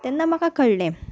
तेन्ना म्हाका कळ्ळें